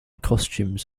costumes